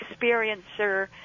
experiencer